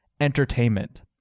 Entertainment